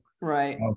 Right